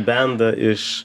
bendą iš